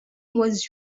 was